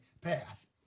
path